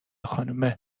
خانم